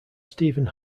stephen